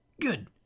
Good